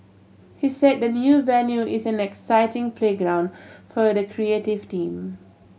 he said the new venue is an exciting playground for the creative team